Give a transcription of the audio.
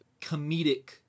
comedic